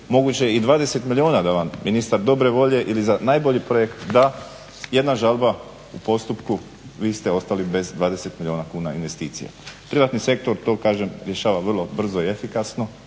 moguće i 20 milijuna da vam ministar dobre volje ili za najbolji projekt da jedna žalba u postupku vi ste ostali bez 20 milijuna kuna investicije. Privatni sektor to kažem rješava vrlo brzo i efikasno,